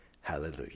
Hallelujah